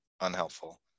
unhelpful